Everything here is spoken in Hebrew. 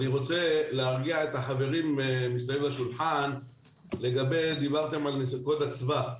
אני רוצה להרגיע את החברים מסביב לשולחן לגבי דיברתם על קוד אצווה.